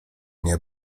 nie